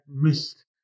missed